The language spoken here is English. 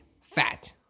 fat